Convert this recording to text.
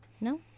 No